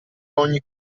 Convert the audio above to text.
ogni